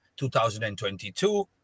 2022